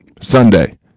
Sunday